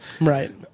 Right